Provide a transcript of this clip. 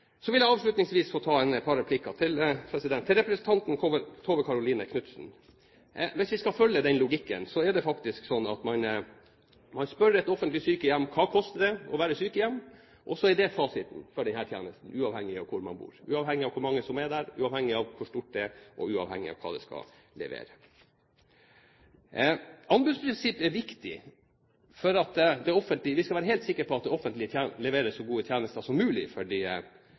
så godt på innkjøp at det kan tilby innbyggerne gode tjenester, uansett hvor i landet man bor. Avslutningsvis vil jeg ta et par replikker. Først til Tove Karoline Knutsen: Hvis man skal følge hennes logikk, er det faktisk sånn at man spør et offentlig sykehjem hva det koster å være sykehjem – og så er det fasiten for disse tjenestene, uavhengig av hvor man bor, uavhengig av hvor mange som er der, uavhengig av hvor stort det er, og uavhengig av hva det skal levere. Anbudsprinsippet er viktig for at vi skal være helt sikre på at det offentlige leverer så gode tjenester som mulig for de